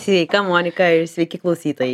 sveika monika ir sveiki klausytojai